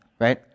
right